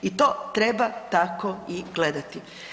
I to treba tako i gledati.